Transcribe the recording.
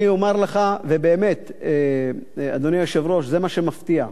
אני אומר לך באמת, אדוני היושב-ראש, זה מה שמפתיע.